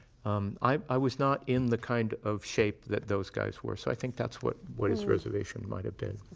um i was not in the kind of shape that those guys were, so i think that's what what his reservation might have been.